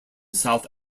south